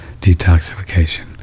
detoxification